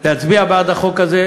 להצביע בעד החוק הזה.